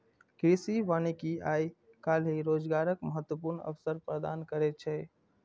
कृषि वानिकी आइ काल्हि रोजगारक महत्वपूर्ण अवसर प्रदान करै छै